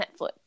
Netflix